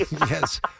Yes